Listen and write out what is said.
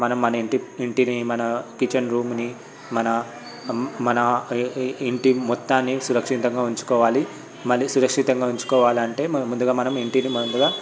మనం మన ఇంటిని మన కిచెన్ రూమ్ని మన మన ఇంటి మొత్తాన్ని సురక్షితంగా ఉంచుకోవాలి మళ్ళీ సురక్షితంగా ఉంచుకోవాలంటే ముందుగా మనం ఇంటిని ముందుగా